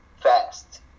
fast